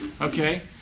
Okay